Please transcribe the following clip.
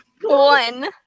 One